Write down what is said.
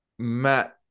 Matt